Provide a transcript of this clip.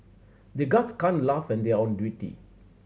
the guards can't laugh when they are on duty